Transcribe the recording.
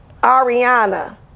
Ariana